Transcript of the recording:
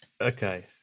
Okay